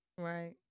Right